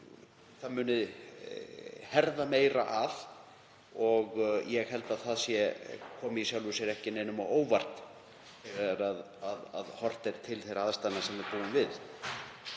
það muni herða meira að og ég held að það komi í sjálfu sér engum á óvart þegar horft er til þeirra aðstæðna sem við búum við.